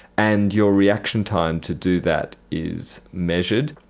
and your reaction time to do that is measured.